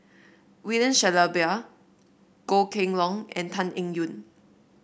William Shellabear Goh Kheng Long and Tan Eng Yoon